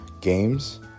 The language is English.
games